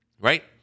Right